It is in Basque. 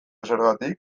zergatik